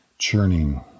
churning